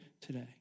today